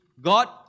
God